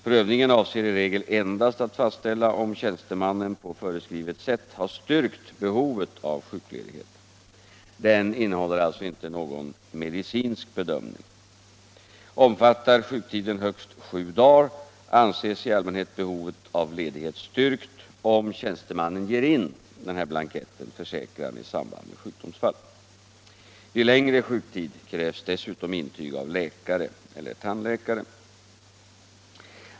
Prövningen avser i regel endast att fastställa om tjänstemannen på föreskrivet sätt har styrkt behovet av sjukledighet. Den innefattar alltså inte någon medicinsk bedömning. Omfattar sjuktiden högst sju dagar, anses i allmänhet behovet av ledighet styrkt, om tjänstemannen ger in blanketten Försäkran i samband med sjukdomsfall. Vid längre sjuktid krävs dessutom intyg av läkare eller tandläkare.